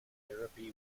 therapy